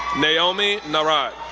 naomi narat,